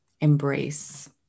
Embrace